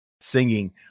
singing